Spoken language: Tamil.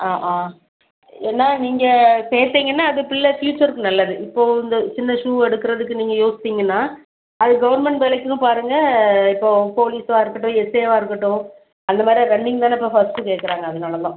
ஆ ஆ ஏன்னா நீங்கள் சேர்த்தீங்கன்னா அது பிள்ள ஃப்யூச்சருக்கு நல்லது இப்போது இந்த சின்ன ஷூ எடுக்கிறதுக்கு நீங்கள் யோசிச்சிங்கன்னா அது கவுர்மெண்ட் வேலைக்கெலாம் பாருங்கள் இப்போது போலீஸாக இருக்கட்டும் எஸ்ஏவாக இருக்கட்டும் அந்த மாதிரி ரன்னிங் தானே இப்போது ஃபஸ்ட்டு கேட்குறாங்க அதனால தான்